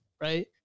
right